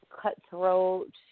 cutthroat